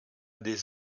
des